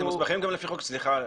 סליחה,